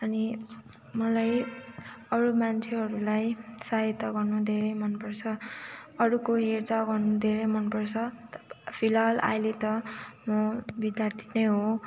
अनि मलाई अरू मान्छेहरूलाई सहायता गर्नु धेरै मन पर्छ अरूको हेरचाह गर्नु धेरै मन पर्छ फिलहाल अहिले त म विद्यार्थी नै हो